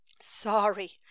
sorry